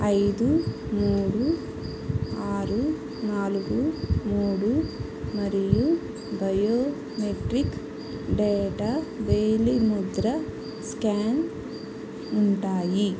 ఐదు మూడు ఆరు నాలుగు మూడు మరియు బయోమెట్రిక్ డేటా వేలిముద్ర స్కాన్ ఉంటాయి